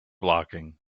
blocking